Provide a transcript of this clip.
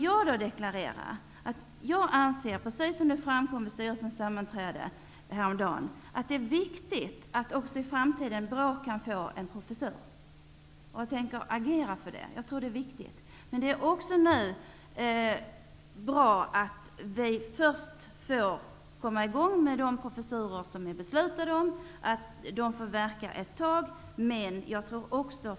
Låt mig deklarera att jag anser, precis som det framkom vid styrelsens sammanträde häromdagen, att det är viktigt att också BRÅ kan få en professur i framtiden. Jag tänker agera för det. Jag tror att det är viktigt. Men det är bra att vi först får komma i gång med de professurer som är beslutade, och att de får verka ett tag.